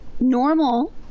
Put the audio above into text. normal